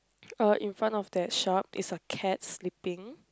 uh in front of that shop is a cat sleeping